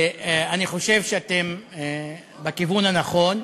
אני חושב שאתם בכיוון הנכון.